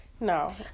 No